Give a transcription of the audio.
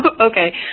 Okay